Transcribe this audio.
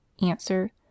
Answer